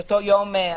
את אותו יום עסקים,